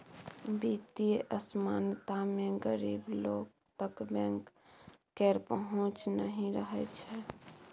बित्तीय असमानता मे गरीब लोक तक बैंक केर पहुँच नहि रहय छै